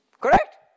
correct